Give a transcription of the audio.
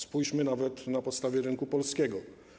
Spójrzmy na to na podstawie rynku polskiego.